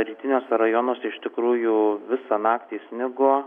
rytiniuose rajonuose iš tikrųjų visą naktį snigo